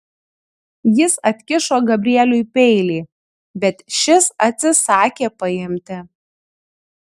jis atkišo gabrieliui peilį bet šis atsisakė paimti